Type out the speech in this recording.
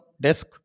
desk